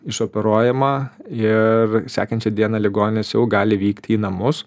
išoperuojama ir sekančią dieną ligonis jau gali vykti į namus